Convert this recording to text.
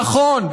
נכון,